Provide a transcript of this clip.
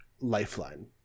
lifeline